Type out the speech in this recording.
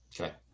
Okay